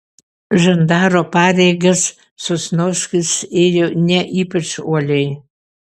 žandaro pareigas sosnovskis ėjo ne ypač uoliai